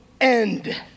end